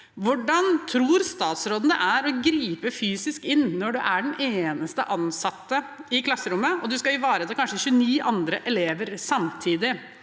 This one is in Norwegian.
Hvordan tror statsråden det er å gripe fysisk inn når man er den eneste ansatte i klasserommet, og man skal ivareta kanskje 29 andre elever samtidig?